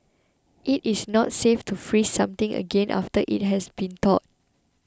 it is not safe to freeze something again after it has been thawed